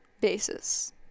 basis